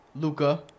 Luca